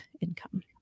income